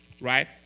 right